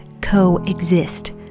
coexist